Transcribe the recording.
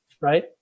right